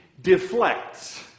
deflects